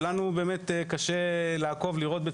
ולנו קשה לעקוב ולראות,